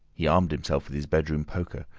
he armed himself with his bedroom poker,